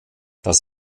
das